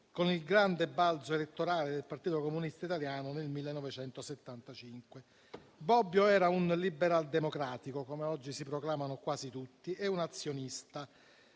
con il grande balzo elettorale del Partito Comunista Italiano nel 1975. Bobbio era un liberal democratico, come oggi si proclamano quasi tutti, e un'azionista,